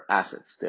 assets